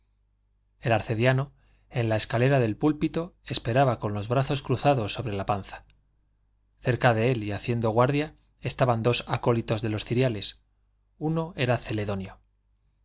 el arcediano en la escalera del púlpito esperaba con los brazos cruzados sobre la panza cerca de él y haciendo guardia estaban dos acólitos con los ciriales uno era celedonio